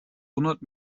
hundert